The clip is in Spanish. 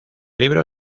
libro